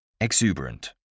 Exuberant